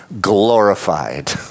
glorified